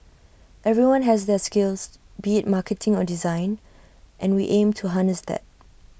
everyone has their skills be IT marketing on design and we aim to harness that